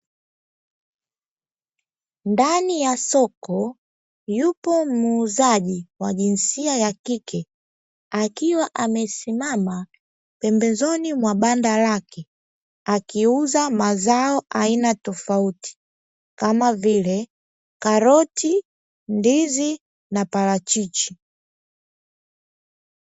Ndani ya soko yupo muuzaji wa jinsia ya kike akiwa amesimama pembezoni mwa banda lake akiuza mazao aina tofauti, kama vile: karoti, ndizi na parachichi.